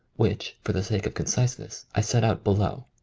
which, for the sake of conciseness, i set out below